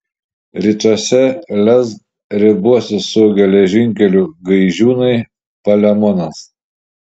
rytuose lez ribosis su geležinkeliu gaižiūnai palemonas